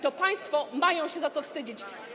To państwo mają się za co wstydzić.